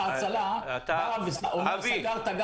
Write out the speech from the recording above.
אתה חילקת את